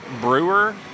Brewer